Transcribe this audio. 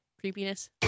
creepiness